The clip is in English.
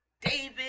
david